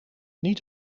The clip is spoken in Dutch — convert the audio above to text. niet